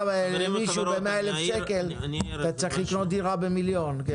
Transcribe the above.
למישהו ב-100,000 שקל ואתה צריך לקנות דירה במיליון שקל.